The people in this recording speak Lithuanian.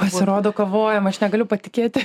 pasirodo kovojam aš negaliu patikėti